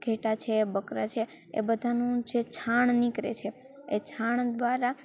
ઘેટાં છે બકરાં છે એ બધાંનું જે છાણ નીકળે છે એ છાણ દ્વારા